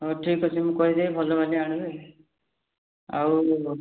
ହଉ ଠିକ୍ ଅଛି ମୁଁ କହିଦେବି ଭଲ ବାଲି ଆଣିବେ ଆଉ